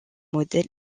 modèle